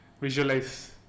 visualize